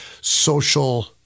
social